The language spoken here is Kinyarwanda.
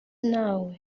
nawe